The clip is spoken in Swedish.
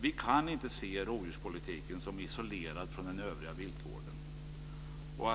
Vi kan inte se rovdjurspolitiken som isolerad från den övriga viltvården.